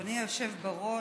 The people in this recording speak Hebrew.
אדוני היושב בראש,